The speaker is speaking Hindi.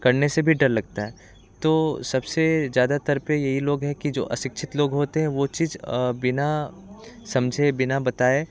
करने से भी डर लगता है तो सबसे ज़्यादातर पे यही लोग है कि जो अशिक्षित लोग होते हैं वो चीज बिना समझे बिना बताए